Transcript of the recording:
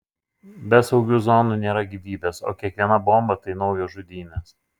be saugių zonų nėra gyvybės o kiekviena bomba tai naujos žudynės